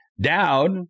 Dowd